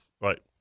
Right